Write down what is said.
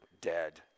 dead